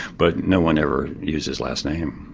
but no one ever used his last name.